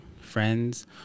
friends